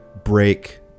break